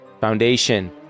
Foundation